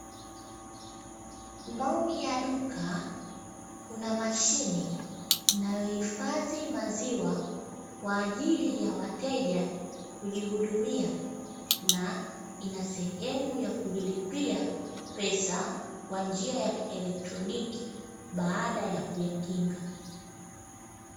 Ndani ya duka kuna mashine inayohifadhi maziwa, kwa ajili ya wateja kujihudumia ina sehemu ya kujilipia, pesa kwa njia ya kielektroniki baada ya kuyakinga.